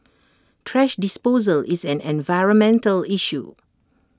thrash disposal is an environmental issue